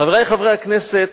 חברי חברי הכנסת,